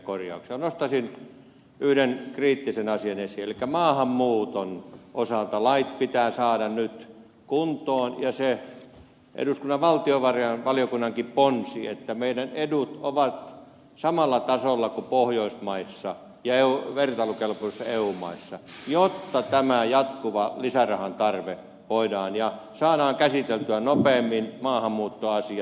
nostaisin yhden kriittisen asian esiin elikkä maahanmuuton osalta lait pitää saada nyt kuntoon ja se eduskunnan valtiovarainvaliokunnankin ponsi että meidän edut ovat samalla tasolla kuin pohjoismaissa ja vertailukelpoisissa eu maissa jotta tämä jatkuva lisärahan tarve voidaan saada loppumaan ja saadaan käsiteltyä nopeammin maahanmuuttoasiat